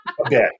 Okay